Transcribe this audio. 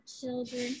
children